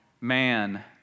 man